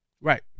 Right